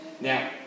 Now